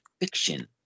fiction